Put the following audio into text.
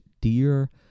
Dear